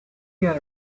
get